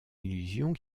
illusions